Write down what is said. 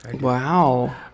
Wow